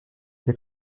les